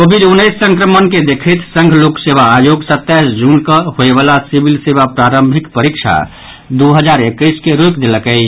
Covid उन्नैस संक्रमण के देखैत संघ लोक सेवा आयोग सत्ताईस जून कऽ होबय वला सिविल सेवा प्रारंभिक परीक्षा दू हजार एक्कैस के रोकि देलक अछि